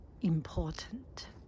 important